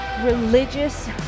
religious